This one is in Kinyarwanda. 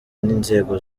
n’inzego